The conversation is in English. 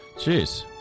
Jeez